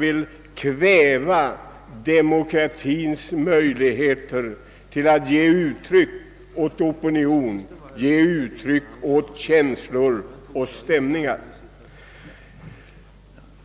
vilja kväva demokratins möjligheter att ge uttryck för opinioner, känslor och stämningar.